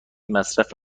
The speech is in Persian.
مصرف